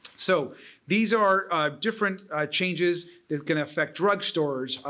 so these are different changes that's going to affect drugstores,